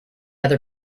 other